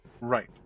Right